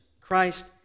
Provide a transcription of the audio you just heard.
Christ